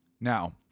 Now